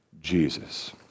Jesus